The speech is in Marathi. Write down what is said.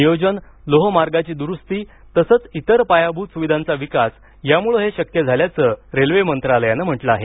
नियोजन लोहमार्गाची द्रुस्ती तसंच इतर पायाभूत सुविधांचा विकास यांमुळे हे शक्य झाल्याचं रेल्वे मंत्रालयानं म्हटलं आहे